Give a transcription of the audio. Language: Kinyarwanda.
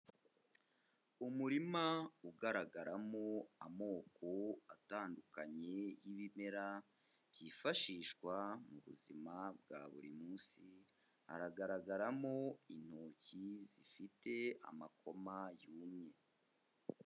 Umurima ugaragaramo amoko atandukanye y'ibimera, byifashishwa mu buzima bwa buri munsi, haragaragaramo intoki zifite amakoma yumye.